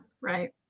Right